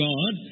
God